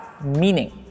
meaning